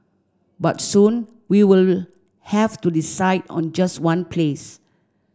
but soon we will have to decide on just one place